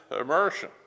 immersion